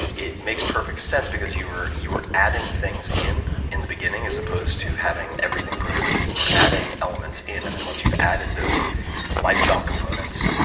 it makes perfect sense, because you're you're adding things in, in the beginning, as opposed to having everything prohibited, and, you're adding elements in, and then, once you've added those lifestyle components,